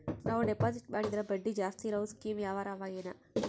ನಾವು ಡೆಪಾಜಿಟ್ ಮಾಡಿದರ ಬಡ್ಡಿ ಜಾಸ್ತಿ ಇರವು ಸ್ಕೀಮ ಯಾವಾರ ಅವ ಏನ?